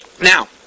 Now